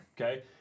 okay